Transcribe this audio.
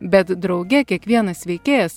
bet drauge kiekvienas veikėjas